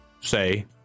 say